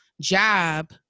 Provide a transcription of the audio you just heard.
job